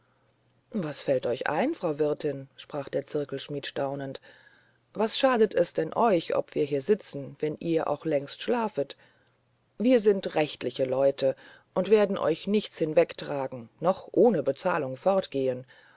was fällt euch ein frau wirtin sprach der zirkelschmidt staunend was schadet es denn euch ob wir hier sitzen wenn ihr auch längst schlafet wir sind rechtliche leute und werden euch nichts hinwegtragen noch ohne bezahlung fortgehen